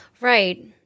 Right